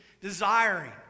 desiring